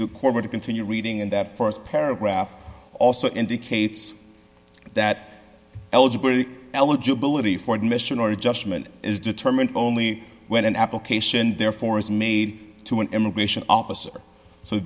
the court were to continue reading and that st paragraph also indicates that eligible to eligibility for admission or adjustment is determined only when an application therefore is made to an immigration officer so